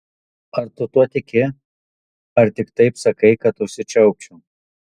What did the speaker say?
ar tu tuo tiki ar tik taip sakai kad užsičiaupčiau